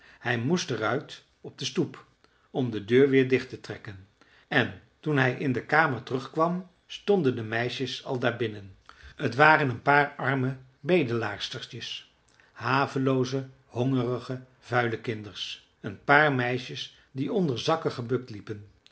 hij moest er uit op de stoep om de deur weer dicht te trekken en toen hij in de kamer terug kwam stonden de meisjes al daarbinnen t waren een paar arme bedelaarstertjes havelooze hongerige vuile kinders een paar meisjes die onder zakken gebukt liepen